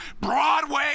broadway